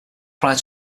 prior